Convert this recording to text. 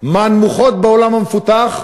מהנמוכים בעולם המפותח.